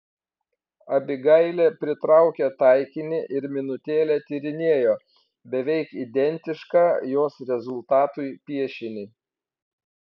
abigailė pritraukė taikinį ir minutėlę tyrinėjo beveik identišką jos rezultatui piešinį